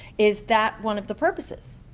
is that one of the purposes?